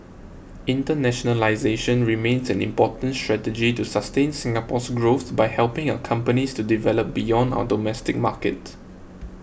internationalisation remains an important strategy to sustain Singapore's growth by helping our companies to develop beyond our domestic market